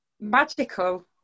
magical